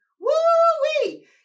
Woo-wee